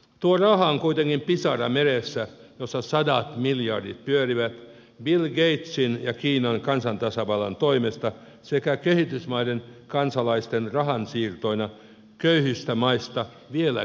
tuo raha on kuitenkin pisara meressä jossa sadat miljardit pyörivät bill gatesin ja kiinan kansantasavallan toimesta sekä kehitysmaiden kansalaisten rahansiirtoina köyhistä maista vielä köyhempiin